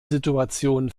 situation